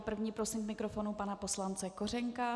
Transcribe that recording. Prvního prosím k mikrofonu pana poslance Kořenka.